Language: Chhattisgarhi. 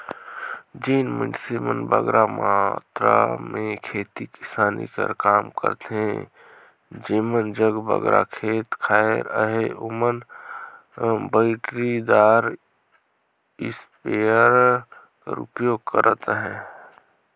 जेन मइनसे मन बगरा मातरा में खेती किसानी कर काम करथे जेमन जग बगरा खेत खाएर अहे ओमन बइटरीदार इस्पेयर कर परयोग करत अहें